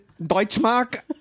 Deutschmark